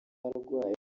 arwaye